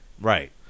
Right